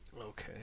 okay